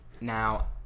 Now